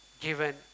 given